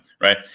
right